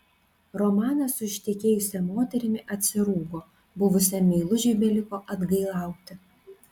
romanas su ištekėjusia moterimi atsirūgo buvusiam meilužiui beliko atgailauti